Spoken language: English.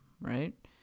right